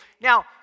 now